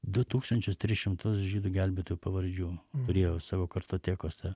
du tūkstančius tris šimtus žydų gelbėtojų pavardžių turėjo savo kartotekose